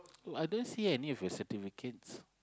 oh I don't see any of your certificate